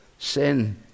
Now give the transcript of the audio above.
sin